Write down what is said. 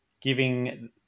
giving